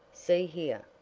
see here!